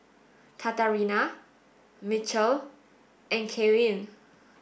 Katarina Mitchel and Kaylynn